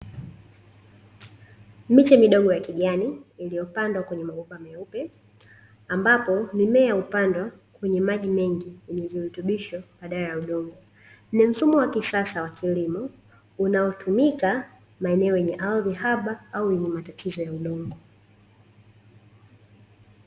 Miche midogo ya kijani iliyopandwa kwenye mabomba meupe, ambapo mimea hupandwa kwenye maji mengi yenye virutubisho badala ya udongo. Ni mfumo wa kisasa wa kilimo unaotumika maeneo yenye ardhi haba au yenye matatizo ya udongo.